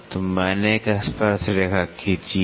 तो मैंने एक स्पर्शरेखा खींची है